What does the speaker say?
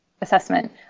assessment